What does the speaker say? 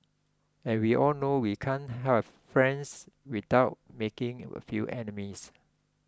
and we all know we can't have friends without making a few enemies